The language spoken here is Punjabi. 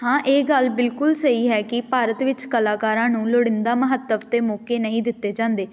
ਹਾਂ ਇਹ ਗੱਲ ਬਿਲਕੁਲ ਸਹੀ ਹੈ ਕਿ ਭਾਰਤ ਵਿੱਚ ਕਲਾਕਾਰਾਂ ਨੂੰ ਲੋੜੀਂਦਾ ਮਹੱਤਵ ਅਤੇ ਮੌਕੇ ਨਹੀਂ ਦਿੱਤੇ ਜਾਂਦੇ